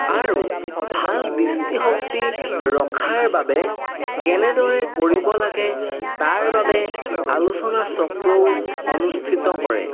আৰু ভাল দৃষ্টিশক্তি ৰখাৰ বাবে কেনেদৰে কৰিব লাগে তাৰ বাবে আলোচনা চক্ৰও অনুষ্ঠিত কৰে